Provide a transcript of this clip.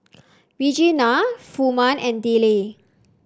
Regena Furman and Dillie